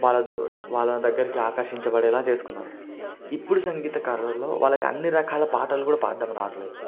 వాళ్లను చూసి వాళ్లను దగ్గరికి ఆకర్షించ బడేలా చేసుకున్నారు ఇప్పుడు సంగీతకారుల్లో వాళ్ళకి అన్నీ రకాల పాటలు కూడా పాడటం రావట్లేదు